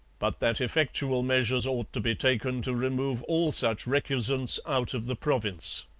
but that effectual measures ought to be taken to remove all such recusants out of the province.